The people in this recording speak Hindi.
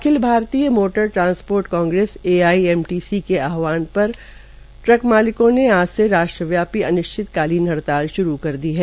अखिल Bharatiya motor transport Congress AIMTC के आहवान पर ट्रक मालिकों ने आज राष्ट्रव्यापी अनिश्चित हड़ताल शुरू कर दी है